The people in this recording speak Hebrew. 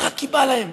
רק כי בא להם.